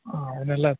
ಹಾಂ ಇನ್ನೆಲ್ಲ